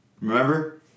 Remember